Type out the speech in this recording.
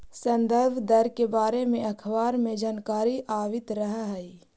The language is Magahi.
संदर्भ दर के बारे में अखबार में जानकारी आवित रह हइ